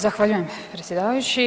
Zahvaljujem predsjedavajući.